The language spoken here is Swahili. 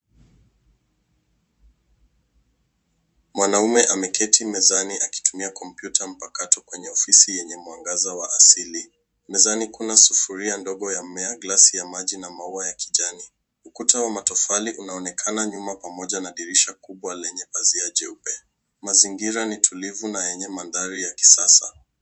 Mwanaume ameketi mezani akitumia kompyuta mpakato kwenye ofisi wenye mwangaza wa asili. Mezani kuna sufuria ndogo ya mmea, glasi ya maji na maua ya kijani. Ukuta wa matofali unaonekana nyuma pamoja na dirisha kubwa lenye pazia jeupe. Mazingira ni tulivu na yenye mandhari ya kisasa.